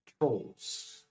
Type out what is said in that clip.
Trolls